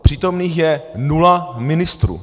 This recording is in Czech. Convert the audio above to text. Přítomných je nula ministrů!